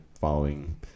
following